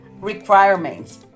requirements